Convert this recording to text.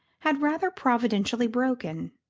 had rather providentially broken.